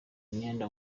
imyenda